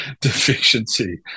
deficiency